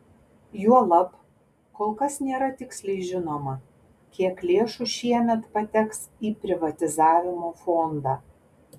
juolab kol kas nėra tiksliai žinoma kiek lėšų šiemet pateks į privatizavimo fondą